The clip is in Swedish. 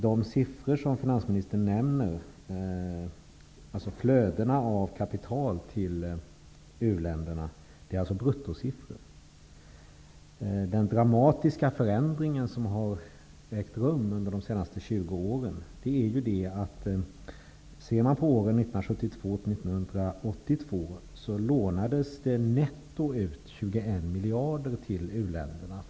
De siffror som finansministern nämner, dvs. flödena av kapital till u-länderna, är bruttosiffror. Vi kan konstatera att en dramatisk förändring har ägt rum under de senast 20 åren. Under åren 1972-- 1982 lånade de rika länderna netto ut 21 miljarder till u-länderna.